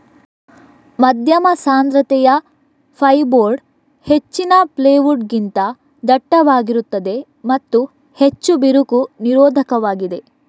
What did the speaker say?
ಮಧ್ಯಮ ಸಾಂದ್ರತೆಯ ಫೈರ್ಬೋರ್ಡ್ ಹೆಚ್ಚಿನ ಪ್ಲೈವುಡ್ ಗಿಂತ ದಟ್ಟವಾಗಿರುತ್ತದೆ ಮತ್ತು ಹೆಚ್ಚು ಬಿರುಕು ನಿರೋಧಕವಾಗಿದೆ